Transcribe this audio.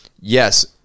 yes